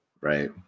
Right